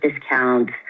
discounts